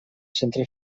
centre